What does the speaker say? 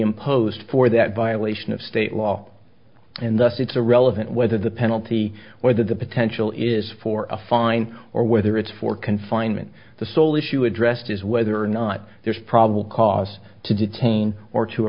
imposed for that violation of state law and thus it's irrelevant whether the penalty whether the potential is for a fine or whether it's for confinement the sole issue addressed is whether or not there's probable cause to detain or to